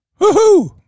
Woohoo